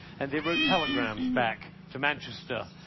and they wrote telegrams back to manchester.